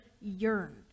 yearn